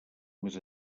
més